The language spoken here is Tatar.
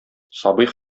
сабый